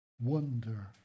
Wonder